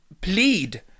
plead